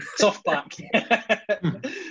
Softback